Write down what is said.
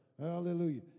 Hallelujah